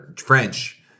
French